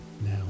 now